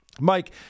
Mike